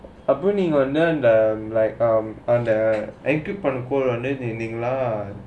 அப்பே நீங்க வந்தே அதே:appe neenga vanthae athae equipment நீங்க:neenga lah